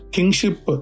Kingship